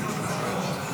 בעד,